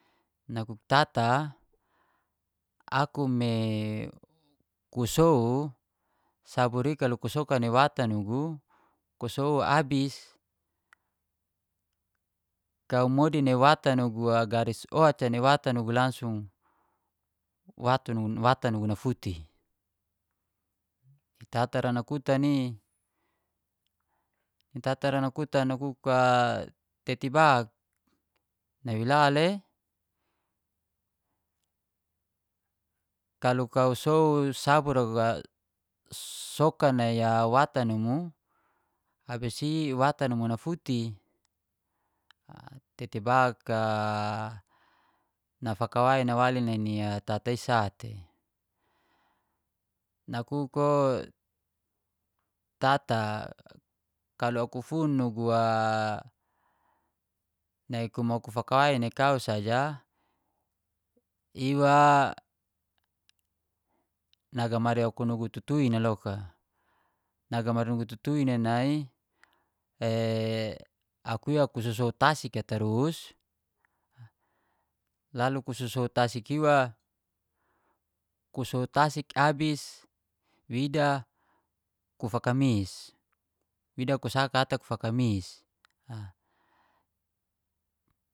Nakuk "tata aku me ku sow sabur i kalau ku soka ni watan nugu, ku sow abis kau modi nai watan nugu garis oca ni watan nugu langsung watan nugu nafuti". Ni tata nakutan i, ni tata rakutan nakuk "tete ba nawe la le kalau kau sow sabur ra ga soka nai a watan numu abis i watan numu nafuti?"Tete ba nafakawai nawali nai ni tata i sate. Nakuk o "tata, kalau aku fun nugu nai kumau kufakawai nai kau saja, iwa nagamari aku tutuin loka. Ngamari nugu tutuin nai nai le aku ira ku sow sow tasik a tarus laluku sow-sow tasik iwa, ku sow tasik abis wida kufakamis, wida ku saka ata ku fakamis".